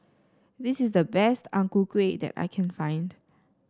this is the best Ang Ku Kueh that I can find